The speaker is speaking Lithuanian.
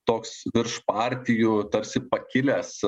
toks virš partijų tarsi pakilęs